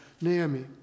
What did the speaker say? Naomi